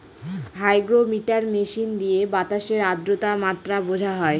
hygrometer machine দিয়ে বাতাসের আদ্রতার মাত্রা বোঝা হয়